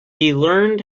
learned